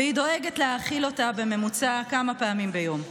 והיא דואגת להאכיל אותה בממוצע כמה פעמים ביום.